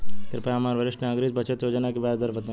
कृपया हमरा वरिष्ठ नागरिक बचत योजना के ब्याज दर बताई